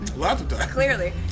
Clearly